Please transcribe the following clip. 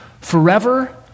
Forever